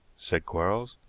said quarles.